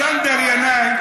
ינאי,